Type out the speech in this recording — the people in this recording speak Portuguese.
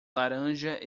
laranja